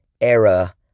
era